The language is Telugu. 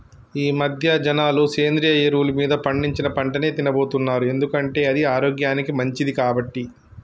ఈమధ్య జనాలు సేంద్రియ ఎరువులు మీద పండించిన పంటనే తిన్నబోతున్నారు ఎందుకంటే అది ఆరోగ్యానికి మంచిది కాబట్టి